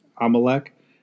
Amalek